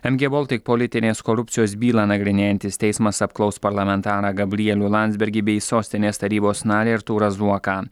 mg boltik politinės korupcijos bylą nagrinėjantis teismas apklaus parlamentarą gabrielių landsbergį bei sostinės tarybos narį artūrą zuoką